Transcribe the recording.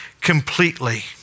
completely